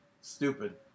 Stupid